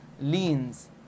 leans